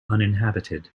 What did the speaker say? uninhabited